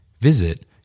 Visit